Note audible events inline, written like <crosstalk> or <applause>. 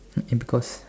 <noise> because